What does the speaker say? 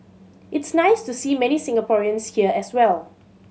it's nice to see many Singaporeans here as well